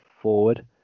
forward